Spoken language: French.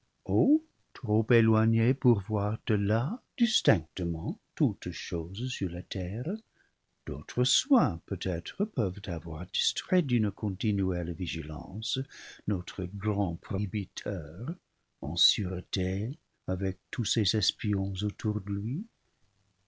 tropé éloigné pour voir de là distinctement chaque chose sur la le paradis perdu terre d'autres soins peut-être peuvent avoir distrait d'une continuelle vigilance notre grand prohibiteur en sûreté avec tous ses espions autour de lui